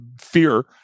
fear